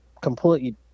completely